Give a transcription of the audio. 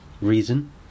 reason